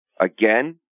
again